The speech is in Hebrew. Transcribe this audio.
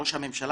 ראש הממשלה